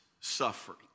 suffering